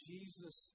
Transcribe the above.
Jesus